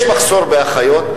יש מחסור באחיות,